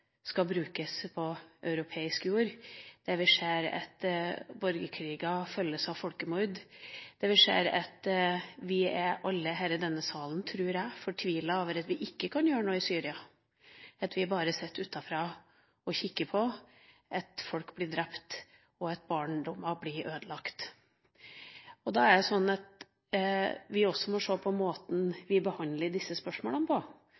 skal brukes på europeisk jord, og vi ser at borgerkriger følges av folkemord. Jeg tror alle i denne salen er fortvilet over at vi ikke kan gjøre noe i Syria, at vi bare kan sitte og se på utenfra at folk blir drept, og at barndom blir ødelagt. Da er det slik at vi også må se på måten vi behandler disse spørsmålene på.